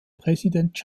präsident